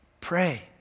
Pray